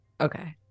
Okay